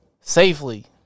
safely